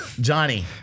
Johnny